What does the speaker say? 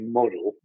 model